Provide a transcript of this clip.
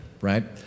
right